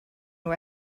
nhw